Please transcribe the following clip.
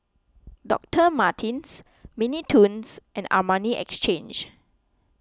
Doctor Martens Mini Toons and Armani Exchange